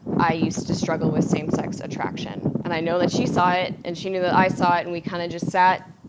i used to struggle with same sex attraction. and i know that she saw it and she knew that i saw it and we kind of just sat.